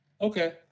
okay